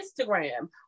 Instagram